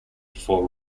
for